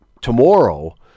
Tomorrow